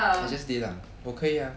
I just did lah 我可以 ah